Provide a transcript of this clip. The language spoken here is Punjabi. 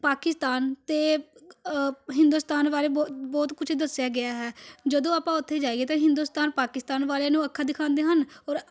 ਪਾਕਿਸਤਾਨ ਅਤੇ ਹਿੰਦੁਸਤਾਨ ਬਾਰੇ ਬੋ ਬਹੁਤ ਕੁਝ ਦੱਸਿਆ ਗਿਆ ਹੈ ਜਦੋਂ ਆਪਾਂ ਉੱਥੇ ਜਾਈਏ ਤਾਂ ਹਿੰਦੁਸਤਾਨ ਪਾਕਿਸਤਾਨ ਵਾਲਿਆਂ ਨੂੰ ਅੱਖਾਂ ਦਿਖਾਉਂਦੇ ਹਨ ਔਰ